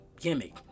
gimmick